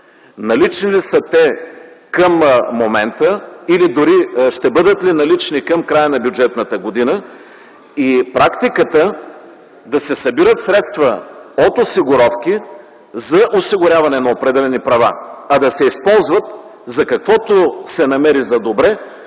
налични ли са те към момента или дори ще бъдат ли налични към края на бюджетната година? И практиката да се събират средства от осигуровки за осигуряване на определени права, а да се използват за каквото се намери за добре,